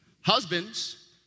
Husbands